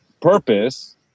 purpose